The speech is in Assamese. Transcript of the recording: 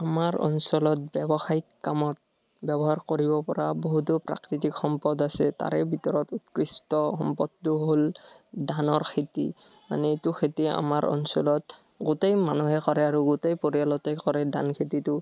আমাৰ অঞ্চলত ব্যৱসায়িক কামত ব্যৱহাৰ কৰিব পৰা বহুতো প্ৰাকৃতিক সম্পদ আছে তাৰে ভিতৰত কৃষ্ট সম্পদটো হ'ল ধানৰ খেতি মানে এইটো খেতিয়ে আমাৰ অঞ্চলত গোটেই মানুহে কৰে আৰু গোটেই পৰিয়ালতে কৰে ধান খেতিটো